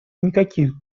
никаких